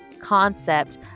concept